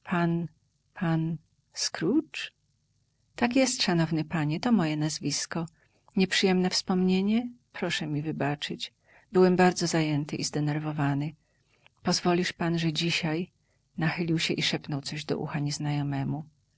pan scrooge tak jest szanowny panie to moje nazwisko nieprzyjemne wspomnienie proszę mi wybaczyć byłem bardzo zajęty i zdenerwowany pozwolisz pan że dzisiaj nachylił się i szepnął coś do ucha nieznajomemu